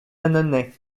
annonay